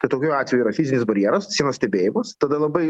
kad tokiu atveju yra fizinis barjeras sienos stebėjimas tada labai